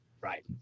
Right